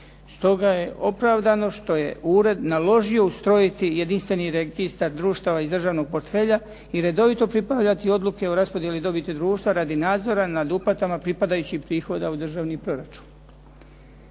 Stoga je opravdano što je ured naložio ustrojiti jedinstveni registar društava iz državnog portfelja i redovito pripadati odluke o raspodjeli dobiti društva radi nadzora nad uplatama pripadajućih prihoda u državni proračun.